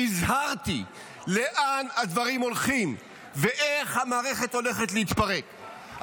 שהזהרתי לאן הדברים הולכים ואיך המערכת הולכת להתפרק,